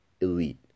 elite